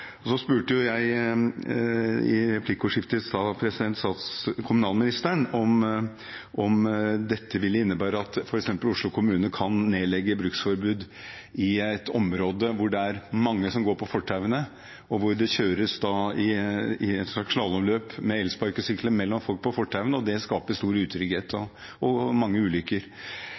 Så spurte jeg kommunalministeren i replikkordskiftet i stad om dette vil innebære at f.eks. Oslo kommune kan nedlegge bruksforbud i et område hvor mange går på fortauene, og hvor det kjøres i et slags slalåmløp med elsparkesykler mellom folk på fortauene. Det skaper stor utrygghet og mange ulykker.